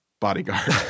Bodyguard